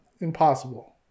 impossible